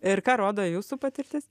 ir ką rodo jūsų patirtis